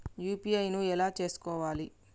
UPI ను ఎలా చేస్కోవాలి?